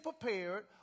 prepared